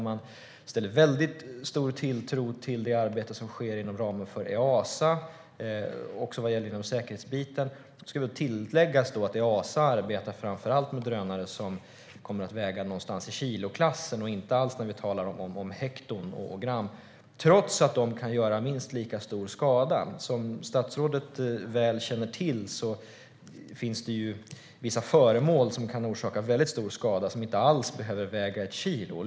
Man sätter väldigt stor tilltro till det arbete som sker inom ramen för Easa och som har gällt säkerhetsbiten. Det ska tilläggas att Easa framför allt arbetar med drönare som kommer att väga någonstans i kiloklassen, inte alls hekton eller gram som vi har talat om, trots att de kan göra minst lika stor skada. Som statsrådet väl känner till finns det vissa föremål som kan orsaka stor skada och som inte alls behöver väga ett kilo.